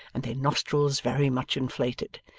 and their nostrils very much inflated,